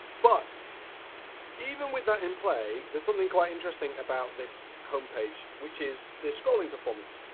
but even with that in play, there's something quite interesting about this home page, which is the scrolling performance.